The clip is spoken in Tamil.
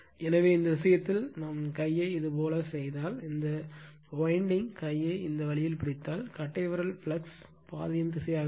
எனவே இந்த விஷயத்தில் கையை இதுபோல செய்தால் இந்த வைண்டிங் கையை இந்த வழியில் பிடித்தால் கட்டைவிரல் ஃப்ளக்ஸ் பாதையின் திசையாக இருக்கும்